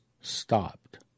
stopped